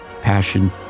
passion